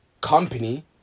company